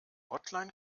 hotline